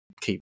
keep